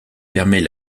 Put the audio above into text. permet